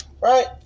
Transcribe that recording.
Right